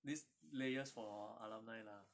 this layers for alumni lah